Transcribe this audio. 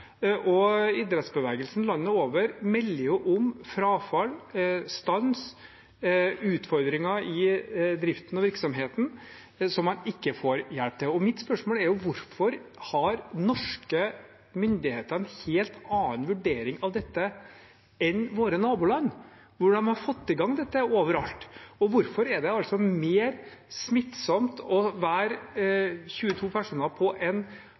Idrettsbevegelsen landet over melder om frafall, stans og utfordringer i driften og virksomheten, som man ikke får hjelp til. Mitt spørsmål er: Hvorfor har norske myndigheter en helt annen vurdering av dette enn våre naboland, hvor de har fått i gang dette overalt? Og hvorfor er det mer smittsomt å være 22 personer på en